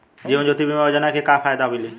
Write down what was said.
जीवन ज्योति बीमा योजना के का फायदा मिली?